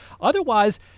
otherwise